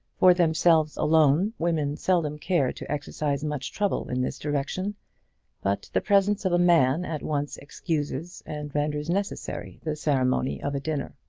for themselves alone women seldom care to exercise much trouble in this direction but the presence of a man at once excuses and renders necessary the ceremony of a dinner.